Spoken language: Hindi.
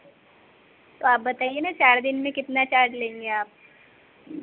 तो आप बताइए ना चार दिन में कितना चार्ज़ लेंगे आप